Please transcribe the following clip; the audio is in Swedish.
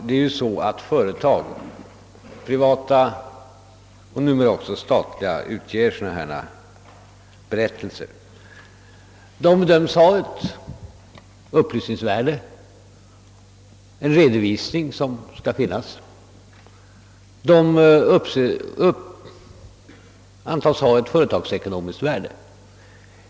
Herr talman! Privata och numera även statliga företag utger ju sådana här berättelser. De bedöms ha ett upplysningsvärde, det är en redovisning som skall finnas. De antas ha ett företagsekonomiskt värde.